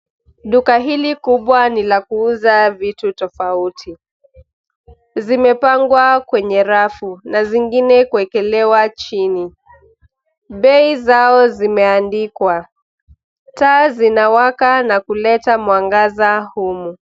Duka hili kubwa ni la kuuza vitu tofauti. Zimepangwa kwenye rafu na zingine kuwekelewa chini. Bei zao zimeandikwa. Taa zinawaka na kuleta mwangaza humu.